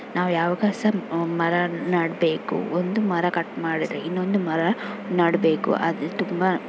ನಾವು ಯಾವಾಗ ಸಹ ಮರ ನೆಡಬೇಕು ಒಂದು ಮರ ಕಟ್ ಮಾಡಿದರೆ ಇನ್ನೊಂದು ಮರ ನೆಡಬೇಕು ಅದು ತುಂಬ